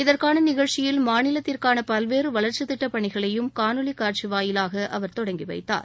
இதற்கான நிகழ்ச்சியில் மாநிலத்திற்கான பல்வேறு வளர்ச்சித் திட்ட பணிகளையும் காணொலிக் காட்சி வாயிலாக அவர் தொடங்கி வைத்தார்